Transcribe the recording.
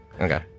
Okay